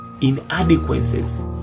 inadequacies